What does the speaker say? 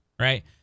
right